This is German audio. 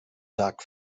dark